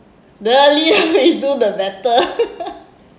earlier we do the better